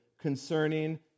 concerning